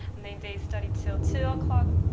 and they and study til two o'clock.